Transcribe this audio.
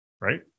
right